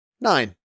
Nine